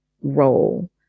role